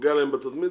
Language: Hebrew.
שפוגעת להם בתדמית,